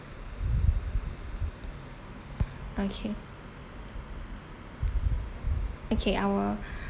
okay okay I will